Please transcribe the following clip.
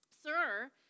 Sir